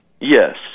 Yes